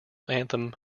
anthem